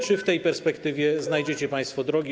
Czy w tej perspektywie znajdziecie państwo drogi?